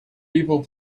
people